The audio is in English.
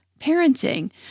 parenting